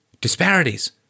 Disparities